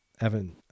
Evan